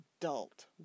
adult